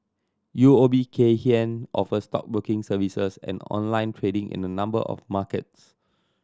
U O B Kay Hian offers stockbroking services and online trading in a number of markets